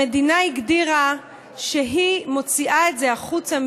המדינה הגדירה שהיא מוציאה את זה החוצה,